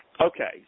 Okay